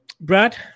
Brad